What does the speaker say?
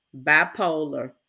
bipolar